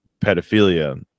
pedophilia